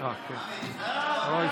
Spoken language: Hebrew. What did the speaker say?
לסיוע כלכלי (נגיף הקורונה החדש) (הוראת